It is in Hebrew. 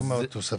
כמה תוספתי?